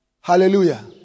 Hallelujah